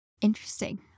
Interesting